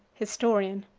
historian.